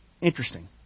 Interesting